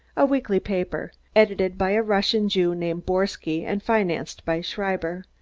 a weekly paper, edited by a russian jew named borsky and financed by schreiber.